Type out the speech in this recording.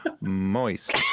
moist